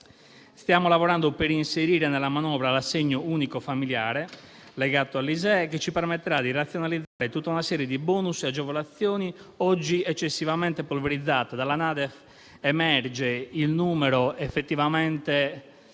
Stiamo lavorando per inserire nella manovra l'assegno unico familiare, legato all'ISEE, che ci permetterà di razionalizzare tutta una serie di bonus e agevolazioni, oggi eccessivamente polverizzata. Dalla NADEF emerge il numero effettivamente